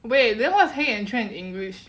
wait then what's 黑眼圈 in english